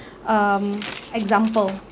um example